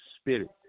spirit